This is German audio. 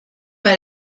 bei